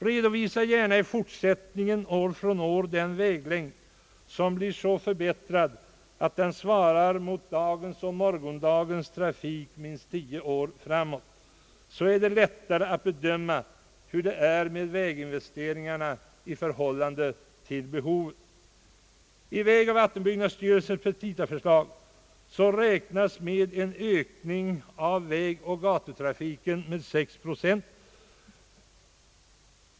Redovisa gärna i fortsättningen år för år den väglängd som blir så förbättrad att den svarar mot kraven från dagens och morgondagens trafik minst tio år framåt, så blir det lättare att bedöma väginvesteringarna i förhållande till behovet. I vägoch vattenbyggnadsstyrelsens petitaförslag räknas med en ökning av vägoch gatutrafiken med 6 procent.